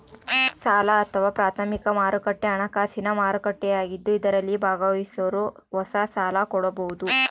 ಸಾಲ ಅಥವಾ ಪ್ರಾಥಮಿಕ ಮಾರುಕಟ್ಟೆ ಹಣಕಾಸಿನ ಮಾರುಕಟ್ಟೆಯಾಗಿದ್ದು ಇದರಲ್ಲಿ ಭಾಗವಹಿಸೋರು ಹೊಸ ಸಾಲ ಕೊಡಬೋದು